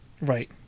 Right